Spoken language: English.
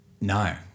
no